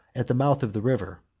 at the mouth of the river.